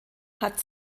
hat